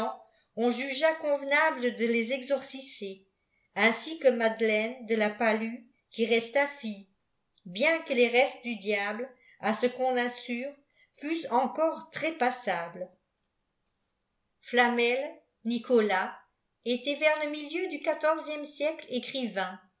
en jugea convenable de les exorciser ainsi que madelaine de la palué qui rea filio bj na que les restes du diable à ce qu'on assure fussent eiieore trèspassables flamel nicolas était vers le milieu du quatorsiie siècle écrivain